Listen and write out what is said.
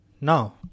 Now